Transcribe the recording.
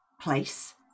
place